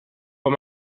but